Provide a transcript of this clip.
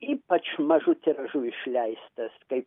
ypač mažu tiražu išleistas kaip